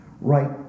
right